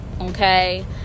okay